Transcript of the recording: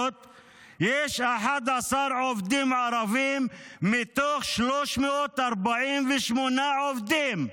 יש 11 עובדים ערבים מתוך 348 עובדים,